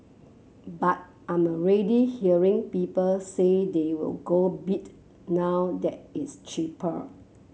but I'm already hearing people say they will go bid now that it's cheaper